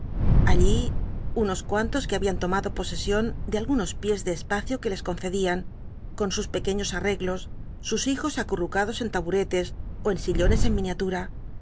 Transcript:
allí unos cuantos que habían lomado posesio n de algunos piés de espacio que les concrdian con i us pequeños acglo sus hijos acunucados en tabuj clcs ó en sillones en miniatma